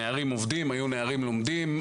נערים עובדים, נערים לומדים.